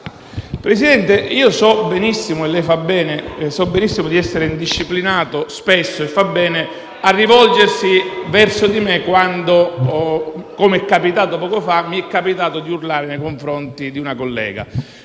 Presidente, so benissimo di essere spesso indisciplinato e lei fa bene a rivolgersi verso di me quando, com'è capitato poco fa, ho urlato nei confronti di una collega.